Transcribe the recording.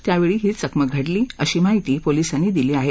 त्यावेळी ही चकमक घडली अशी माहिती पोलिसांनी दिली आहे